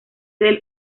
del